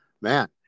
man